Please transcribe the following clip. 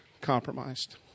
compromised